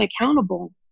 accountable